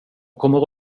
kommer